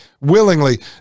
willingly